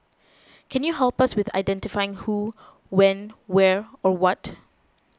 can you help us with identifying who when where or what